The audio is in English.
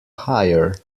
higher